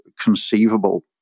conceivable